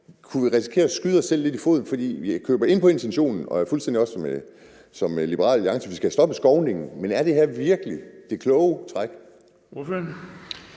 Kunne vi risikere at skyde os selv lidt i foden? For jeg køber ind på intentionen, og jeg mener også fuldstændig ligesom Liberal Alliance, at vi skal have stoppet skovningen, men er det her virkelig det kloge træk?